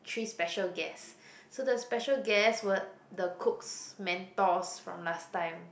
three special guest so the special guest were the cook's mentors from last time